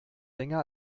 länger